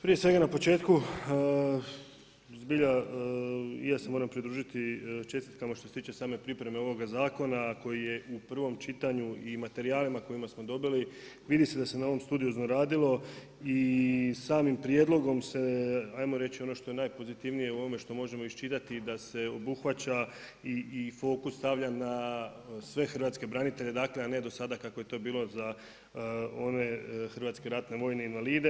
Prije svega na početku, zbilja i ja se moram pridružiti čestitkama što se tiče same pripreme ovoga zakona, koji je u prvom čitanju i materijalima koje smo dobili, vidi se da se na ovom studiju zlorabilo i samim prijedlogom se, ajmo reći ono što je najpozitivnije u onome što možemo iščitati, da se obuhvaća i fokus stavlja na sve hrvatske branitelje, dakle, a ne do sada kako je to bilo za one hrvatske ratne vojne invalide.